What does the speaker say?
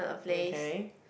okay